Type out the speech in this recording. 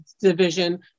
division